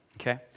Okay